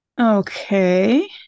Okay